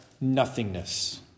nothingness